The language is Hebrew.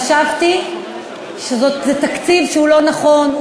חשבתי שזה תקציב שהוא לא נכון,